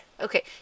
Okay